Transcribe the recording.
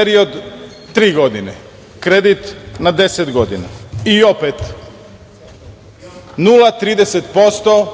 period tri godine, kredit na 10 godina i opet 0,30%